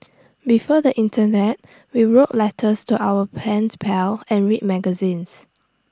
before the Internet we wrote letters to our pens pal and read magazines